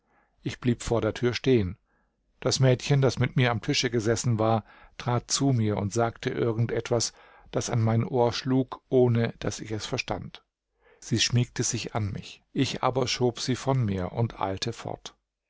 ich blieb vor der tür stehen das mädchen das mit mir am tische gesessen war trat zu mir und sagte irgend etwas das an mein ohr schlug ohne daß ich es verstand sie schmiegte sich an mich ich aber schob sie von mir und eilte fort